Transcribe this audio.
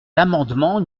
l’amendement